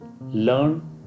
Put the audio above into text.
Learn